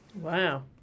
Wow